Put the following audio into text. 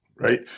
Right